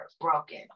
broken